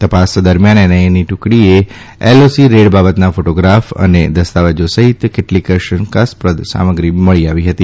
તપાસ દરમ્યાન એનઆઈએની ટુકડીએ એલઓસી રેડ બાબતના ફોટો ગ્રાફ અને દસ્તાવેજા સહિત કેટલીક શંકાસ્પદ સામગ્રી મળી આવી હતી